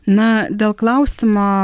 na dėl klausimo